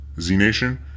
Z-Nation